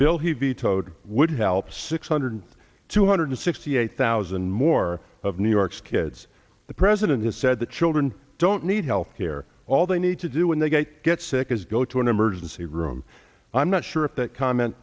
he vetoed would help six hundred two hundred sixty eight thousand more of new york's kids the president has said that children don't need health care all they need to do when they get sick is go to an emergency room i'm not sure if that comment